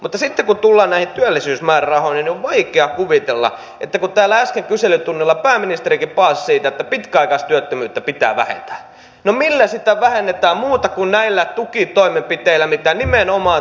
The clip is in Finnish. mutta sitten kun tullaan näihin työllisyysmäärärahoihin niin on vaikea kuvitella täällä äsken kyselytunnilla pääministerikin paasasi siitä että pitkäaikaistyöttömyyttä pitää vähentää millä sitä vähennetään muuta kuin näillä tukitoimenpiteillä joita nimenomaan työllisyysmäärärahoilla tehdään